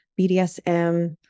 BDSM